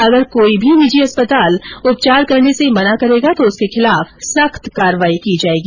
अगर कोई भी निजी अस्पताल उपचार करने से मना करेगा तो उसके खिलाफ सख्त कार्यवाही की जायेगी